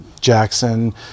Jackson